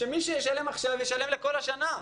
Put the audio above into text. שמי שישלם עכשיו, ישלם לכל השנה.